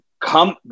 come